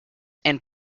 and